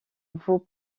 vaut